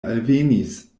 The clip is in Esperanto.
alvenis